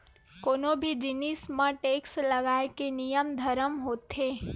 कोनो भी जिनिस म टेक्स लगाए के नियम धरम होथे